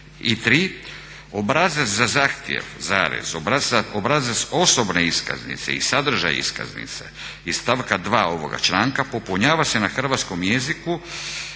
I tri. Obrazac za zahtjev, obrazac osobne iskaznice i sadržaj iskaznice iz stavka 2. ovoga članka popunjava se na hrvatskom jeziku